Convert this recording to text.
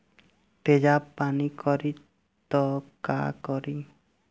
तेजाब पान करी त का करी?